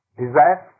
desire